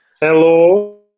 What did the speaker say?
Hello